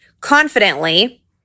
confidently